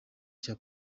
cya